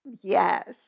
Yes